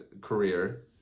career